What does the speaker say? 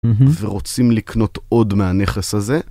ורוצים לקנות עוד מהנכס הזה.